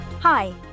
Hi